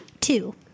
two